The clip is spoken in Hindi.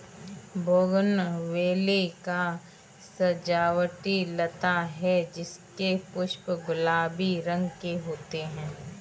बोगनविले एक सजावटी लता है जिसके पुष्प गुलाबी रंग के होते है